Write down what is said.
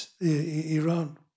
Iran